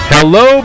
Hello